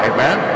Amen